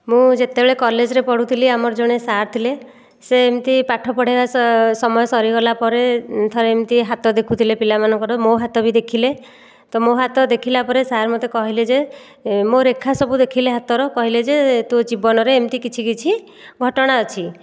ମୁଁ ଯେତେବେଳେ କଲେଜରେ ପଢ଼ୁଥିଲି ଆମର ଜଣେ ସାର୍ ଥିଲେ ସେ ଏମିତି ପାଠ ପଢ଼େଇବା ସସମୟ ସରିଗଲା ପରେ ଥରେ ଏମିତି ହାତ ଦେଖୁଥିଲେ ପିଲାମାନଙ୍କର ମୋ ହାତ ବି ଦେଖିଲେ ତ ମୋ ହାତ ଦେଖିଲା ପରେ ସାର୍ ମୋତେ କହିଲେ ଯେ ମୋ ରେଖା ସବୁ ଦେଖିଲେ ହାତର କହିଲେ ଯେ ତୋ ଜୀବନରେ ଏମିତି କିଛି କିଛି ଘଟଣା ଅଛି